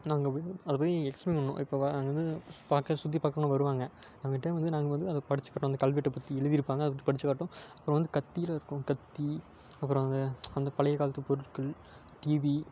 நாங்கள் போய் அதை போய் எக்ஸ்பிளைன் பண்ணிணோம் இப்போ வ நாங்கள் வந்து பார்க்க சுற்றி பார்க்கலாம் வருவாங்க அவங்கக் கிட்டே வந்து நாங்கள் வந்து அதை படித்து காட்டுவோம் அந்த கல்வெட்டை பற்றி எழுதிருப்பாங்க அதைப் பற்றி படித்து காட்டுவோம் அப்புறம் வந்து கத்தியில் இருக்கும் கத்தி அப்புறம் அங்கே அந்த பழைய காலத்து பொருட்கள் டிவி